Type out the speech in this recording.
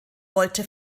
wollte